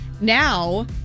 Now